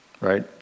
right